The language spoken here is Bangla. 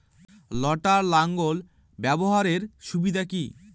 লটার লাঙ্গল ব্যবহারের সুবিধা কি?